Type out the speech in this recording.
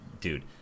Dude